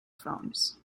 films